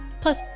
Plus